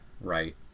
Right